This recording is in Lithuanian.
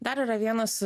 dar yra vienas